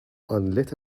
unlit